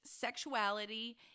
sexuality